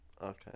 Okay